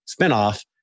spinoff